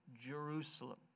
Jerusalem